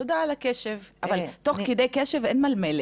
תודה על הקשב, אבל תוך כדי הקשב אין מלמלת.